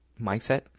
mindset